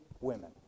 women